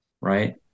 right